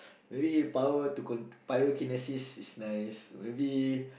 maybe power to control pyrokinesis is nice maybe